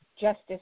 justice